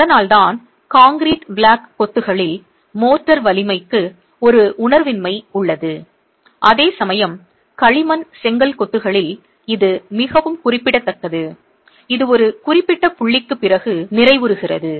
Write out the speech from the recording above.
அதனால்தான் concrete block கொத்துகளில் mortar வலிமைக்கு ஒரு உணர்வின்மை உள்ளது அதேசமயம் களிமண் செங்கல் கொத்துகளில் இது மிகவும் குறிப்பிடத்தக்கது இது ஒரு குறிப்பிட்ட புள்ளிக்குப் பிறகு நிறைவுறுகிறது